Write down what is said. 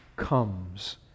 comes